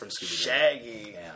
Shaggy